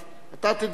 אז אתה תדבר,